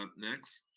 um next?